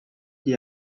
they